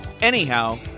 Anyhow